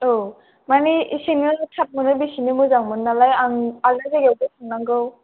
औ माने एसेनो थाब मोनो बेसेनो मोजांमोन नालाय आं आलादा जायगायावबो थांनांगौ